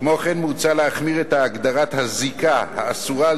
כמו כן מוצע להחמיר את הגדרת ה"זיקה" האסורה על